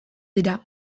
dira